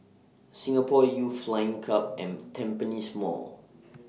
Singapore Youth Flying Club and Tampines Mall